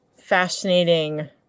fascinating